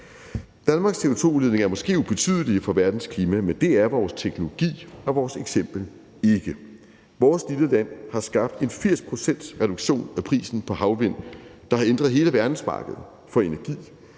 Danmarks CO2-udledninger er måske ubetydelige for verdens klima, men det er vores teknologi og vores eksempel ikke. Vores lille land har skabt en 80-procentsreduktion af prisen på havvind, der har ændret hele verdensmarkedet for energi.